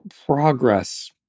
Progress